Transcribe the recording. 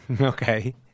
okay